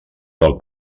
del